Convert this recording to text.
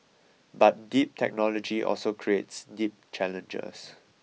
but deep technology also creates deep challengers